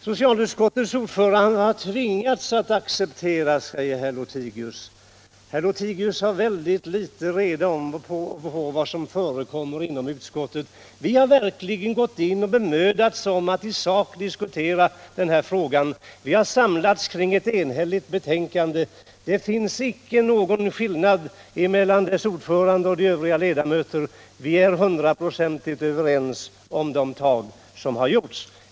Socialutskottets ordförande har tvingats att acceptera detta, säger herr Lothigius. Herr Lothigius har väldigt litet reda på vad som förekommer inom utskottet. Vi har verkligen bemödat oss om att i sak diskutera den här frågan. Vi har samlats kring ett enhälligt betänkande. Det finns icke någon skillnad mellan utskottets ordförande och dess övriga ledamöter. Vi är hundraprocentigt överens om de tag som har tagits.